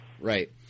right